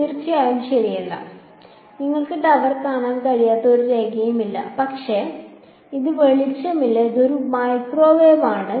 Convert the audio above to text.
തീർച്ചയായും ശരിയല്ല നിങ്ങൾക്ക് ടവർ കാണാൻ കഴിയാത്ത ഒരു രേഖയും ഇല്ല പക്ഷേ നന്ദി ഇത് വെളിച്ചമല്ല ഇത് ഒരു മൈക്രോവേവ് ആണ്